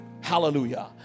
Hallelujah